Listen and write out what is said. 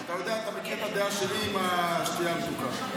אתה מכיר את הדעה שלי על השתייה המתוקה.